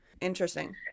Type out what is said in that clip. Interesting